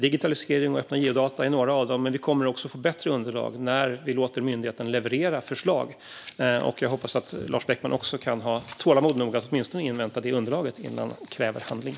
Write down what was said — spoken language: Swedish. Digitalisering och öppna geodata är ett par av dem. Vi kommer att få bättre underlag när vi låter myndigheten leverera förslag. Jag hoppas att Lars Beckman kan ha tålamod nog att åtminstone invänta det underlaget innan han kräver handling.